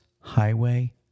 Highway